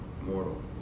Mortal